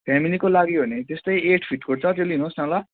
फ्यामिलीको लागि हो भने त्यस्तै एट फिटको छ त्यो लिनुहोस् न ल